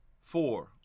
Four